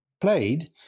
played